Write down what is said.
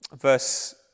Verse